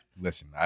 Listen